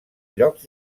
llocs